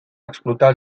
explotar